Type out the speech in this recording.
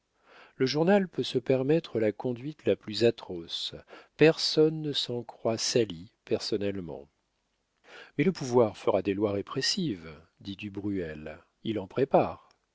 le journal peut se permettre la conduite la plus atroce personne ne s'en croit sali personnellement mais le pouvoir fera des lois répressives dit du bruel il en prépare